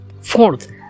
Fourth